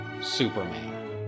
Superman